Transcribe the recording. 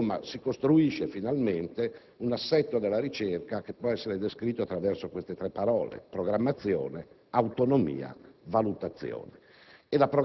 Insomma, si costruisce finalmente un assetto della ricerca che può essere descritto attraverso queste tre parole: programmazione, autonomia, valutazione.